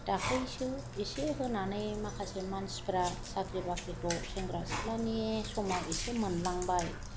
दाख्लैसो एसे होनानै माखासे मानसिफोरा साख्रि बाख्रिखौ सेंग्रा सिख्लानि समाव इसे मोनलांबाय